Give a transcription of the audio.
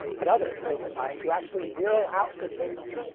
at others they combine to actually zero out the signal.